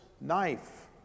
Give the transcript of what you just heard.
knife